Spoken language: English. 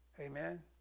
Amen